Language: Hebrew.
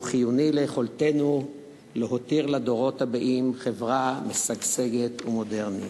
והוא חיוני ליכולתנו להותיר לדורות הבאים חברה משגשגת ומודרנית.